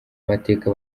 mateka